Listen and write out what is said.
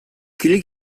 kili